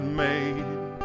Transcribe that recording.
made